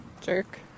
jerk